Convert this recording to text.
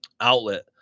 outlet